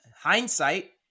hindsight